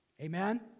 Amen